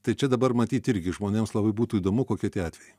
tai čia dabar matyt irgi žmonėms labai būtų įdomu kokie tie atvejai